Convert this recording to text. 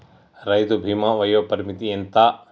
రైతు బీమా వయోపరిమితి ఎంత?